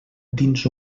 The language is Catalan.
dins